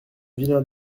vilain